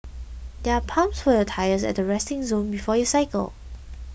there are pumps for your tyres at resting zone before you cycle